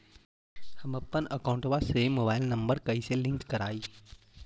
हमपन अकौउतवा से मोबाईल नंबर कैसे लिंक करैइय?